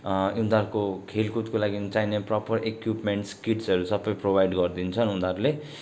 उनीहरूको खेलकुदको लागि चाहिने प्रोपर इक्विपमेन्ट्स किट्सहरू सबै प्रोभाइड गरिदिन्छन् उनीहरूले